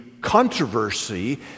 controversy